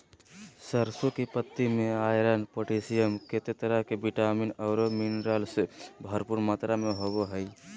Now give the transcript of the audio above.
सरसों की पत्ति में आयरन, पोटेशियम, केते तरह के विटामिन औरो मिनरल्स भरपूर मात्रा में होबो हइ